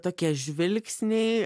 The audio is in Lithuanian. tokie žvilgsniai